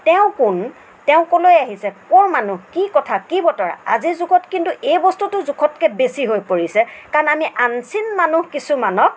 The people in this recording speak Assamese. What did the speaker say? তেওঁ কোন তেওঁ ক'লৈ আহিছে ক'ৰ মানুহ কি কথা কি বতৰা আজিৰ যুগত কিন্তু এই বস্তুটো জোখতকৈ বেছি হৈ পৰিছে কাৰণ আমি আনছিন মানুহ কিছুমানক